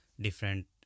different